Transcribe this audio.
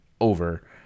over